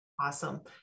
Awesome